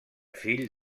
fill